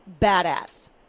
badass